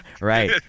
right